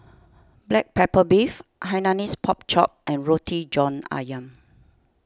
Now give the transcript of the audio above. Black Pepper Beef Hainanese Pork Chop and Roti John Ayam